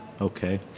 Okay